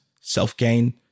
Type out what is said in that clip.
Self-gain